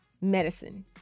medicine